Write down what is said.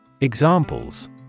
Examples